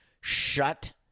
shut